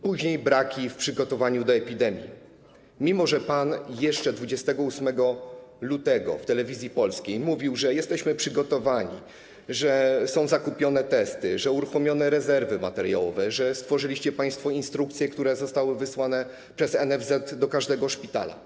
Później braki w przygotowaniu do epidemii, mimo że pan jeszcze 28 lutego w Telewizji Polskiej mówił, że jesteśmy przygotowani, że są zakupione testy, że są uruchomione rezerwy materiałowe, że stworzyliście państwo instrukcje, które zostały wysłane przez NFZ do każdego szpitala.